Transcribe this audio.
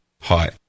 Hi